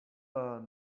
are